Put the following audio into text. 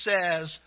says